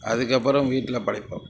அதுக்கப்பறம் வீட்டில் படைப்போம்